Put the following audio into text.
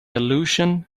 allusion